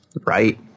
Right